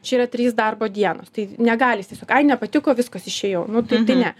čia yra trys darbo dienos tai negali jis tiesiog ai nepatiko viskas išėjau nu tai tai ne